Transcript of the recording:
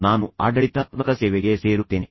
ಆದ್ದರಿಂದ ನಾನು ಆಡಳಿತಾತ್ಮಕ ಸೇವೆಗೆ ಸೇರುತ್ತೇನೆ